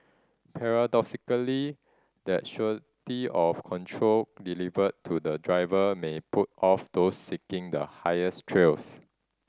paradoxically that surety of control delivered to the driver may put off those seeking the highest thrills